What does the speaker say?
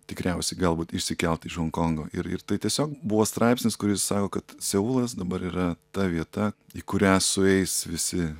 tikriausiai galbūt išsikelt iš honkongo ir ir tai tiesiog buvo straipsnis kuris sako kad seulas dabar yra ta vieta į kurią sueis visi